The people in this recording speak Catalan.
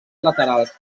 laterals